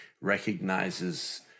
recognizes